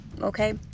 okay